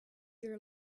your